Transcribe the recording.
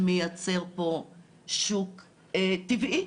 שמייצר פה שוק טבעי,